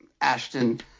Ashton